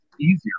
easier